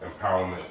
Empowerment